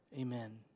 Amen